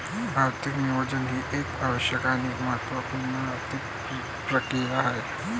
आर्थिक नियोजन ही एक आवश्यक आणि महत्त्व पूर्ण आर्थिक प्रक्रिया आहे